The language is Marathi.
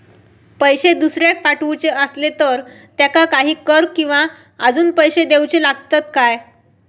पैशे दुसऱ्याक पाठवूचे आसले तर त्याका काही कर किवा अजून पैशे देऊचे लागतत काय?